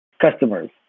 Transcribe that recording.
customers